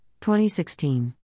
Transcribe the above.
2016